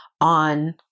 on